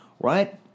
right